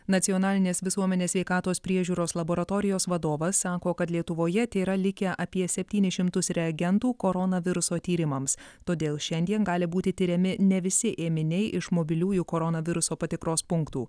nacionalinės visuomenės sveikatos priežiūros laboratorijos vadovas sako kad lietuvoje tėra likę apie septynis šimtus reagentų koronaviruso tyrimams todėl šiandien gali būti tiriami ne visi ėminiai iš mobiliųjų koronaviruso patikros punktų